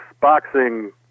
boxing